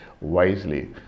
wisely